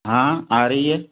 हाँ आ रही है